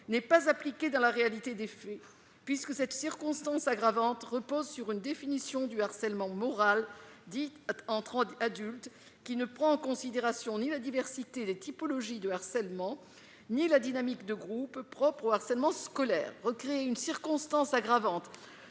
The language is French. n'est pas appliquée dans la réalité des faits puisque cette circonstance aggravante repose sur une définition du harcèlement moral, dit entrant d'adulte qui ne prend en considération ni la diversité des typologies de harcèlement, ni la dynamique de groupe, propre au harcèlement scolaire recréer une circonstance aggravante